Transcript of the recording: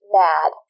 mad